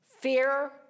fear